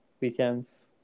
weekends